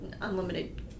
unlimited